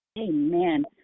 Amen